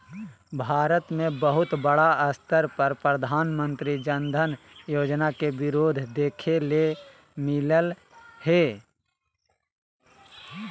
भारत मे बहुत बड़ा स्तर पर प्रधानमंत्री जन धन योजना के विरोध देखे ले मिललय हें